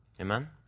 Amen